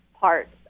parts